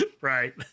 Right